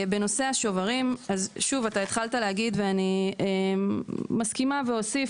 בנושא השוברים, התחלת להגיד ואני מסכימה ואוסיף